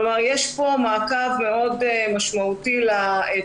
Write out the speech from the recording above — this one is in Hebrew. כלומר יש פה מעקב משמעותי מאוד לתהליך.